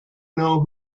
know